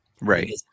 Right